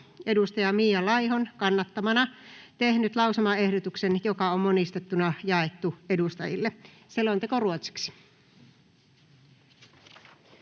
Risikko Mia Laihon kannattamana tehnyt lausumaehdotuksen, joka on monistettuna jaettu edustajille. (Pöytäkirjan